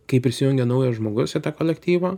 kai prisijungia naujas žmogus į tą kolektyvą